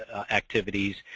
activities.